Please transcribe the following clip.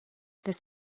this